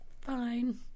fine